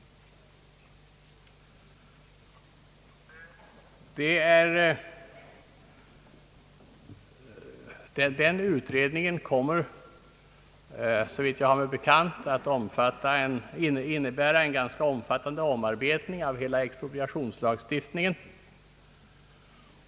Denna utredning kommer, såvitt jag har mig bekant, att innebära en ganska omfattande omarbetning av hela expropriationslagstiftningen.